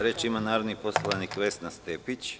Reč ima narodni poslanik Vesna Stepić.